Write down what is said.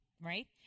right